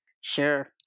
Sure